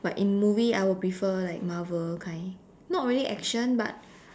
but in movie I will prefer like Marvel kind not really action but